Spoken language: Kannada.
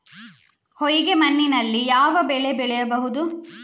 ಹೊಯ್ಗೆ ಮಣ್ಣಿನಲ್ಲಿ ಯಾವ ಬೆಳೆ ಬೆಳೆಯಬಹುದು?